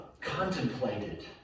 contemplated